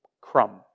crumb